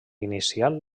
inicial